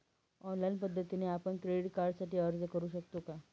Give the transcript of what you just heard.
Online पद्धतीने आपण credit कार्डसाठी अर्ज करु शकतो का?